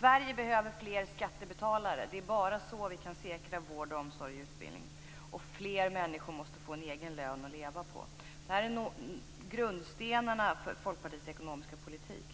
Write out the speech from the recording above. Sverige behöver fler skattebetalare. Det är bara så vi kan säkra vård, omsorg och utbildning. Fler människor måste få en egen lön att leva på. Det här är grundstenarna för Folkpartiets ekonomiska politik.